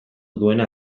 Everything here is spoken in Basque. duena